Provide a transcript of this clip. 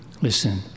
Listen